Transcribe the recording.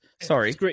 Sorry